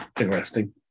interesting